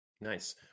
Nice